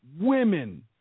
women